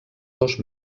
dos